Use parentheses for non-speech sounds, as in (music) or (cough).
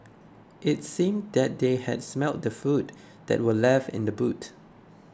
it seemed that they had smelt the food (noise) that were left in the boot